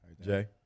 Jay